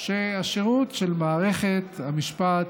שהשירות של מערכת המשפט